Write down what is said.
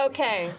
Okay